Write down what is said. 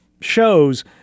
shows